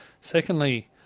Secondly